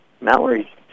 Mallory